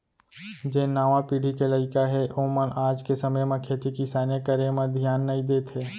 जेन नावा पीढ़ी के लइका हें ओमन आज के समे म खेती किसानी करे म धियान नइ देत हें